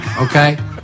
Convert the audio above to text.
okay